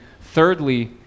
thirdly